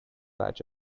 batch